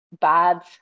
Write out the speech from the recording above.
bad